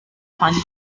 punish